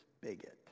bigot